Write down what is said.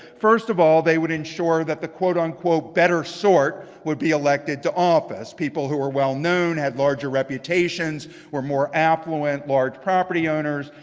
first of all, they would ensure that the quote-unquote better sort would be elected to office. people who were well known, had larger reputations, were more affluent, large property owners.